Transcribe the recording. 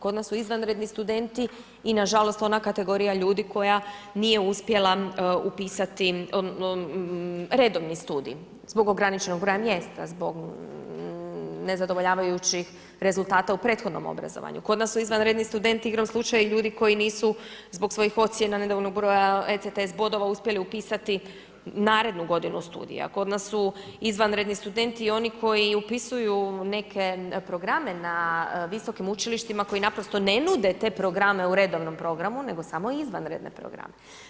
Kod nas su izvanredni studenti i na žalost ona kategorija ljudi koja nije uspjela upisati redovni studij, zbog ograničenog broja mjesta, zbog nezadovoljavajućih rezultata u prethodnom obrazovanju, kod nas su izvanredni studenti igrom slučaja i ljudi koji nisu zbog svojih ocjena, nedovoljnog broja ETC bodova uspjeli upisati narednu godinu studija, kod nas su izvanredni studenti oni koji upisuju neke programe na visokim učilištima koji naprosto ne nude te programe u redovnom programu nego samo izvanredne programe.